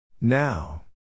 Now